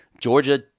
Georgia